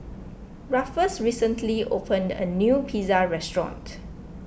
Rufus recently opened a new Pizza restaurant